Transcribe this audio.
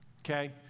okay